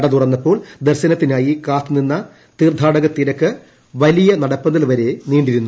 നട തുറന്നപ്പോൾ ദർശനത്തിനായി കാത്തു നിന്ന തീർഥാടക തിരക്ക് വലിയ നടപ്പന്തൽ വരെ നീണ്ടിരുന്നു